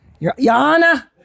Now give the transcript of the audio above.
Yana